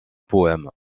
poème